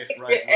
Right